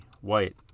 White